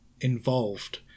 involved